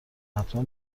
حتما